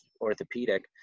orthopedic